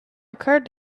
occurred